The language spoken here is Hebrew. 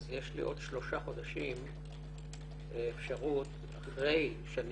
אז יש לי עוד שלושה חודשים אחרי שאני